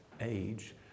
age